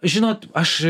žinot aš